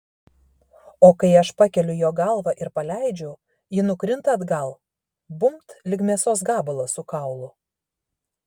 o kai aš pakeliu jo galvą ir paleidžiu ji nukrinta atgal bumbt lyg mėsos gabalas su kaulu